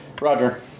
Roger